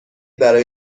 برای